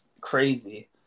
crazy